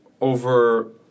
over